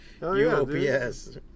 U-O-P-S